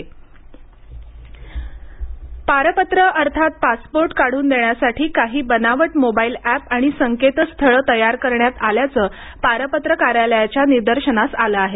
बनावट passport app पारपत्र अर्थात पासपोर्ट काढून देण्यासाठी काही बनावट मोबाईल एप आणि संकेतस्थळे तयार करण्यात आल्याचे पारपत्र कार्यालयाच्या निदर्शनास आले आहे